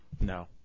No